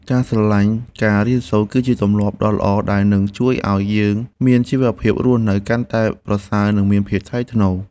ការស្រឡាញ់ការរៀនសូត្រ គឺជាទម្លាប់ដ៏ល្អដែលនឹងជួយឱ្យយើងមានជីវភាពរស់នៅកាន់តែប្រសើរនិងមានភាពថ្លៃថ្នូរ។